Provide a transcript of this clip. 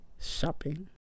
shopping